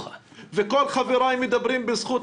אז הילדים היחידים שלא היו מצליחים לצרוך